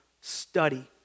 study